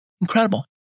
Incredible